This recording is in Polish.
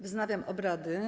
Wznawiam obrady.